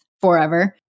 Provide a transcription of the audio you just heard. forever